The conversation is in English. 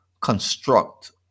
construct